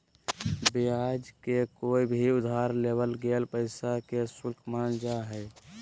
ब्याज के कोय भी उधार लेवल गेल पैसा के शुल्क मानल जा हय